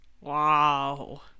Wow